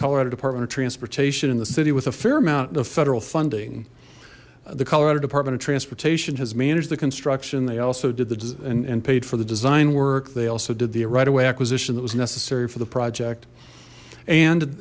colorado department of transportation in the city with a fair amount of federal funding the colorado department of transportation has managed the construction they also did the design and paid for the design work they also did the rightaway acquisition that was necessary for the project and